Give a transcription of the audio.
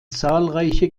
zahlreiche